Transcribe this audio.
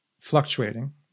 fluctuating